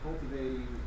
cultivating